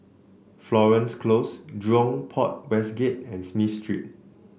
Florence Close Jurong Port West Gate and Smith Street